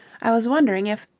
i was wondering if.